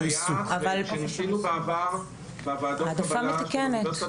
כשניסינו בעבר בוועדות קבלה של אוניברסיטת